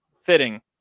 fitting